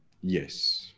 Yes